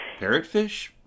Parrotfish